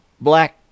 black